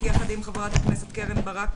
הכל בסדר,